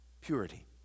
purity